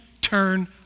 turn